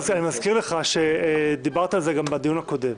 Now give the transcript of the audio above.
אני מזכיר לך שדיברת על זה גם בדיון הקודם.